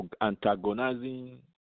antagonizing